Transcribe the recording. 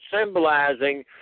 symbolizing